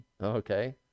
okay